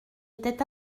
était